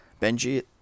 Benji